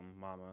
Mama